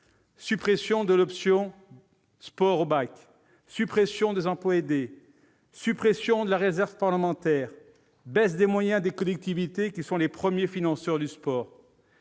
suppression de l'option sport au baccalauréat ; suppression des emplois aidés ; suppression de la réserve parlementaire ; baisse des moyens des collectivités, qui sont les premiers financeurs du sport.